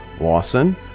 Lawson